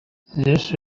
this